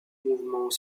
mouvements